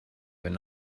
and